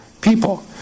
people